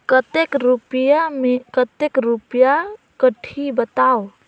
कतेक रुपिया मे कतेक रुपिया कटही बताव?